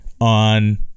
on